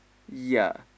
ya